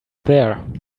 there